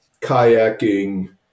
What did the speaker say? kayaking